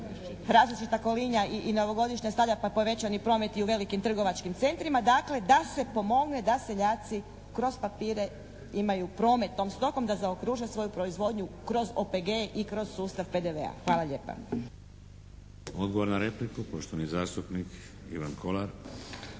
različita kolinja i novogodišnja stavljat pa povećani promet i u velikim trgovačkim centrima, dakle da se pomogne da seljaci kroz papire imaju promet tom stokom da zaokruže svoju proizvodnju kroz OPG i kroz sustav PDV-a. Hvala lijepa. **Šeks, Vladimir (HDZ)** Odgovor na repliku, poštovani zastupnik Ivan Kolar.